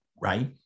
Right